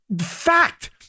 fact